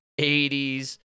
80s